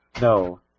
no